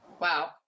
Wow